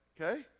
Okay